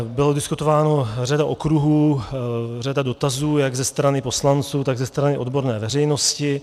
Byla diskutována řada okruhů, řada dotazů jak ze strany poslanců, tak ze strany odborné veřejnosti.